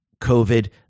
COVID